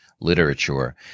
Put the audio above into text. literature